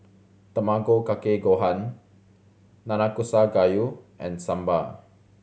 Tamago Kake Gohan Nanakusa Gayu and Sambar